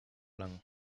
lang